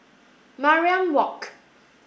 Mariam Walk